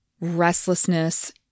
restlessness